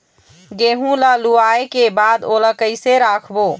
गेहूं ला लुवाऐ के बाद ओला कइसे राखबो?